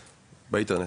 באינטרנט,